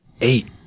eight